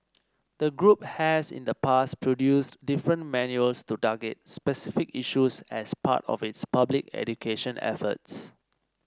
the group has in the past produced different manuals to target specific issues as part of its public education efforts